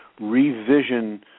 revision